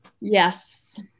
Yes